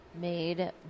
made